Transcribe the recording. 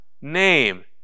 name